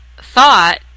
thought